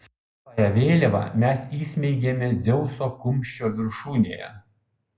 savąją vėliavą mes įsmeigėme dzeuso kumščio viršūnėje